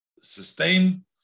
sustain